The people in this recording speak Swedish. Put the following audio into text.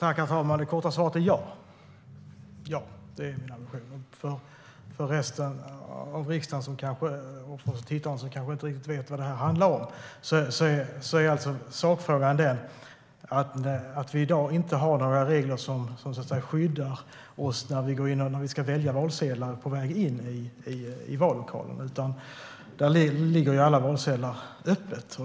Herr talman! Det korta svaret är ja. Det är ambitionen. För resten av riksdagen och tittare som kanske inte riktigt vet vad det här handlar om är alltså sakfrågan den att vi i dag inte har några regler som skyddar oss när vi ska välja valsedlar på väg in i vallokalen. Där ligger alla valsedlarna öppet.